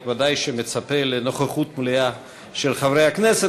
אני בוודאי מצפה לנוכחות מלאה של חברי הכנסת.